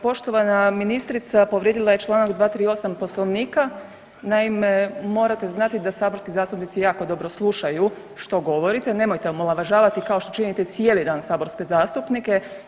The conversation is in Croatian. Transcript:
Poštovana ministrica povrijedila je čl. 238 Poslovnika, naime, morate znati da saborski zastupničci jako dobro slušaju što govorite, nemojte omalovažavati kao što činite cijeli dan saborske zastupnike.